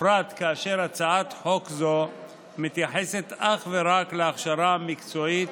בפרט כאשר הצעת חוק זו מתייחסת אך ורק להכשרה המקצועית,